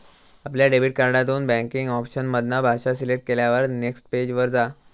आपल्या डेबिट कार्डातून banking option मधना भाषा सिलेक्ट केल्यार नेक्स्ट पेज वर जा